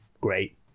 Great